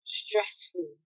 stressful